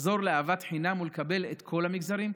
לחזור לאהבת חינם ולקבל את כל המגזרים?